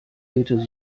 bitte